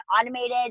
automated